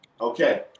Okay